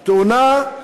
תאונה,